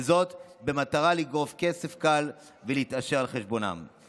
וזאת במטרה לגרוף כסף קל ולהתעשר על חשבונם.